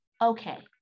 Okay